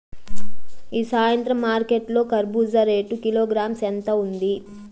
ఈ సాయంత్రం మార్కెట్ లో కర్బూజ రేటు కిలోగ్రామ్స్ ఎంత ఉంది?